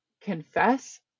confess